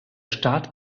staat